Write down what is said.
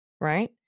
right